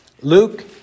Luke